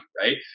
right